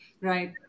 Right